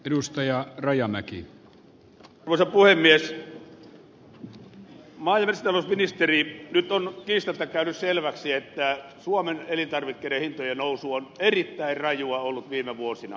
maa ja metsätalousministeri nyt on kiistatta käynyt selväksi että suomen elintarvikkeiden hintojen nousu on erittäin rajua ollut viime vuosina